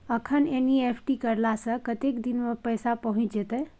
अखन एन.ई.एफ.टी करला से कतेक दिन में पैसा पहुँच जेतै?